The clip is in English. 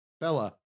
Bella